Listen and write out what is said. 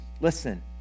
listen